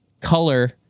color